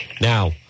Now